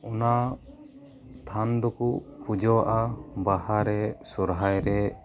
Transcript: ᱚᱱᱟ ᱛᱷᱟᱱ ᱫᱚᱠᱚ ᱯᱩᱡᱟᱹᱣᱟᱜᱼᱟ ᱵᱟᱦᱟᱨᱮ ᱥᱚᱦᱨᱟᱭ ᱨᱮ